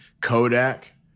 Kodak